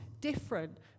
different